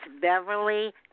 Beverly